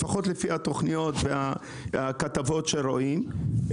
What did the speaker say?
לפחות לפי התכניות והכתבות שרואים,